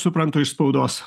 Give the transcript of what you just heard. suprantu iš spaudos